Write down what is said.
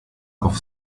auf